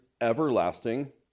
everlasting